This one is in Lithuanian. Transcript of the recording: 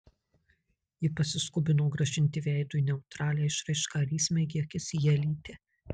ji pasiskubino grąžinti veidui neutralią išraišką ir įsmeigė akis į elytę